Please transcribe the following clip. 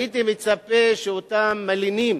הייתי מצפה שאותם מלינים